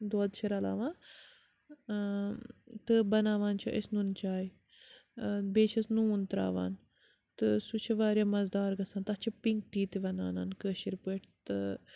دۄد چھِ رَلاوان تہٕ بَناوان چھِ أسۍ نُن چاے بیٚیہِ چھِس نوٗن ترٛاوان تہٕ سُہ چھُ واریاہ مَزدار گَژھان تَتھ چھِ پِنٛک ٹی تہِ وَنانَن کٲشِر پٲٹھۍ تہٕ